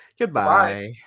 Goodbye